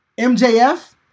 MJF